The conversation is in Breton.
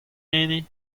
hini